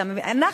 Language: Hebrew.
אנחנו,